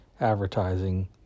advertising